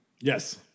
Yes